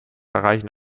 erreichen